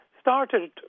started